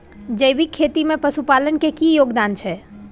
जैविक खेती में पशुपालन के की योगदान छै?